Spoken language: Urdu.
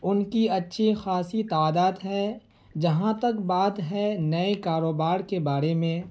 ان کی اچھی خاصی تعدات ہے جہاں تک بات ہے نئے کاروبار کے بارے میں